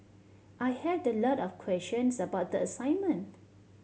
I had the lot of questions about the assignment